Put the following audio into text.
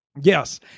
Yes